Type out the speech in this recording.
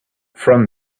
from